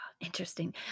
Interesting